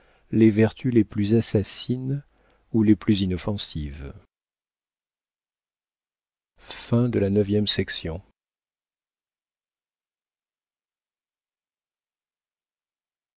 les vertus les plus assassines ou les plus inoffensives